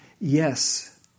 yes